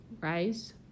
rise